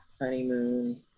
honeymoon